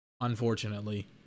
unfortunately